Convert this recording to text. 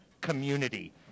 community